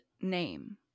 name